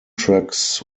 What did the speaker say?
tracks